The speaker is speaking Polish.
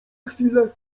chwilę